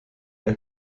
der